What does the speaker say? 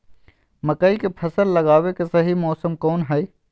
मकई के फसल लगावे के सही मौसम कौन हाय?